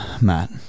Matt